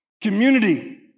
Community